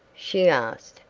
she asked,